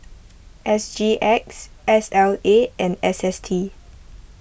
S G X S L A and S S T